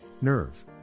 nerve